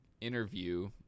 interview –